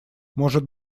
может